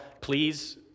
please